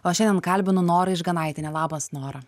o šiandien kalbinu norą išganaitienę labas nora